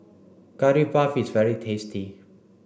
curry puff is very tasty